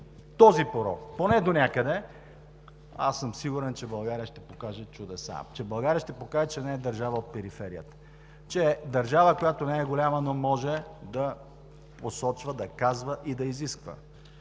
този порок, поне донякъде, сигурен съм, че България ще покаже чудеса. България ще покаже, че не е държава от периферията, че е държава, която не е голяма, но може да посочва, да казва и да изисква,